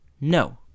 no